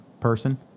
person